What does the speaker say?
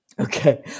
Okay